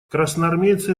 красноармейцы